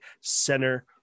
center